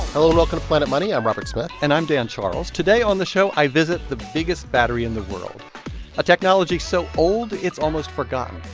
hello, welcome to planet money. i'm robert smith and i'm dan charles. today on the show, i visit the biggest battery in the world a technology so old it's almost forgotten.